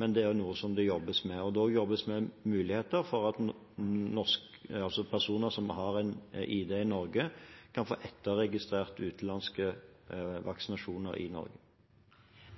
men det er også noe som det jobbes med, og det jobbes med muligheter for at personer som har en ID i Norge, kan få etterregistrert utenlandske vaksinasjoner i Norge.